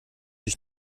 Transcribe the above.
ich